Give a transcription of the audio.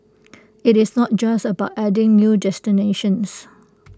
IT is not just about adding new destinations